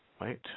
Wait